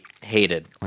hated